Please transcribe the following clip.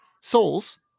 souls